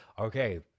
Okay